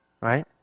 right